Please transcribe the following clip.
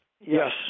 Yes